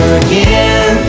again